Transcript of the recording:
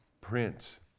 Prince